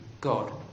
God